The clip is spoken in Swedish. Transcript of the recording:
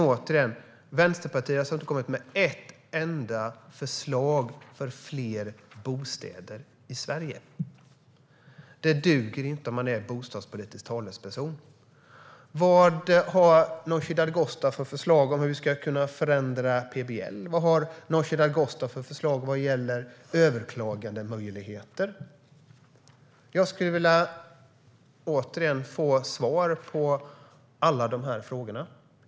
Återigen: Vänsterpartiet har alltså inte kommit med ett enda förslag för fler bostäder i Sverige. Det duger inte om man är bostadspolitisk talesperson. Vad har Nooshi Dadgostar för förslag om hur vi ska kunna förändra PBL? Vad har Nooshi Dadgostar för förslag vad gäller överklagandemöjligheter? Jag skulle vilja få svar på alla de här frågorna.